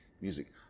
music